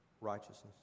righteousness